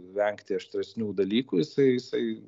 vengti aštresnių dalykų jisai jisai